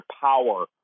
power